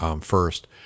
first